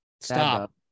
stop